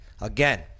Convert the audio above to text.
Again